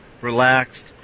relaxed